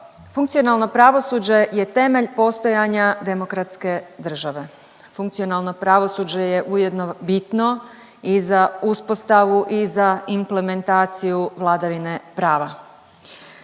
funkcionalno pravosuđe je temelj postojanja demokratske države. Funkcionalno pravosuđe je ujedno bitno i za uspostavu i za implementaciju vladavine prava.